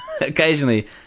occasionally